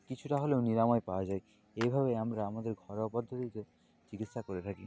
কিছুটা হলেও নিরাময় পাওয়া যায় এইভাবে আমরা আমাদের ঘরোয়া পদ্ধতিতে চিকিৎসা করে থাকি